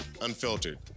Unfiltered